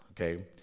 okay